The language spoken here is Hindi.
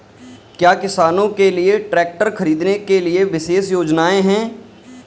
क्या किसानों के लिए ट्रैक्टर खरीदने के लिए विशेष योजनाएं हैं?